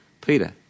Peter